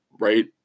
Right